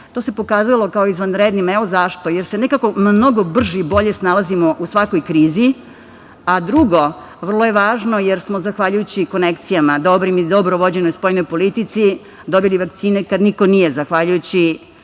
To se pokazalo kao izvanrednim. Evo i zašto, jer se nekako mnogo brže i bolje snalazimo u svakoj krizi, a drugo vrlo je važno jer smo zahvaljujući konekcijama, dobro vođenoj spoljnoj politici dobili vakcine kad niko nije, zahvaljujući